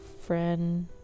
friend